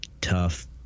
tough